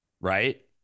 right